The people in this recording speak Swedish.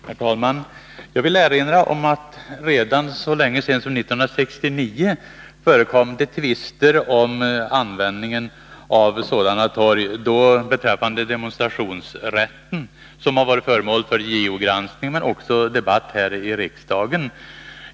Herr talman! Jag vill erinra om att redan så länge sedan som 1969 förekom det tvister om användningen av sådana torg — då gällde det demonstrationsrätten, vilken har varit föremål för JO-granskning, men även för debatt här i kammaren.